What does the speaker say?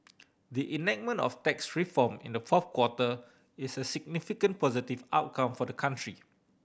the enactment of tax reform in the fourth quarter is a significant positive outcome for the country